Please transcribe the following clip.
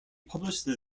published